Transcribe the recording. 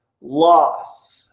loss